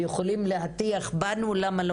יכולים להטיח בנו האשמות על למה לא